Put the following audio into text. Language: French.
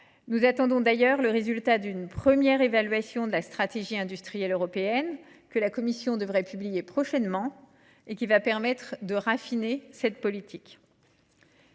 Nous attendons d’ailleurs le résultat d’une première évaluation de la stratégie européenne en la matière, que la Commission européenne devrait publier prochainement et qui permettra de raffiner cette politique.